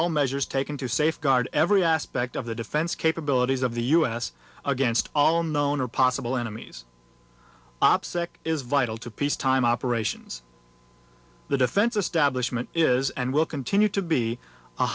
all measures taken to safeguard every aspect of the defense capabilities of the u s against all known or possible enemies opsec is vital to peace time operations the defense establishment is and will continue to be a